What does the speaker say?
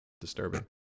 disturbing